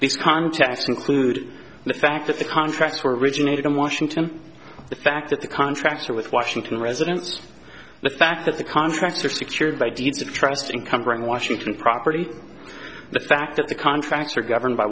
this context include the fact that the contracts were originated in washington the fact that the contractor with washington residence the fact that the contracts are secured by deeds of trust in covering washington property the fact that the contracts are governed by